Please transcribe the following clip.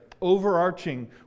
overarching